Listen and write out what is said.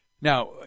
Now